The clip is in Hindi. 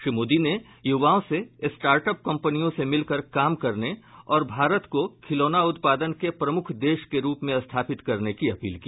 श्री मोदी ने यूवाओं से स्टार्टअप कंपनियों से मिलकर काम करने और भारत को खिलौना उत्पादन के प्रमुख देश के रूप में स्थापित करने की अपील की